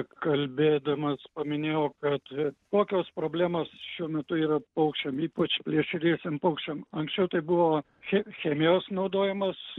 kalbėdamas paminėjau kad kokios problemos šiuo metu yra paukščiam ypač plėšriesiem paukščiam anksčiau tai buvo che chemijos naudojimas